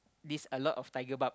this a lot of tiger barb